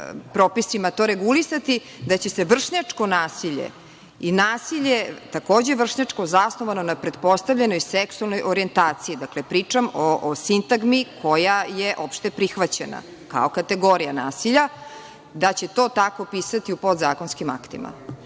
propisima to regulisati, da će se vršnjačko nasilje i nasilje takođe vršnjačko, zasnovano na pretpostavljenoj seksualnoj orijentaciji, dakle, pričam o sintagmi koja je opšteprihvaćena kao kategorija nasilja, da će to tako pisati u podzakonskim aktima.